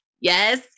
Yes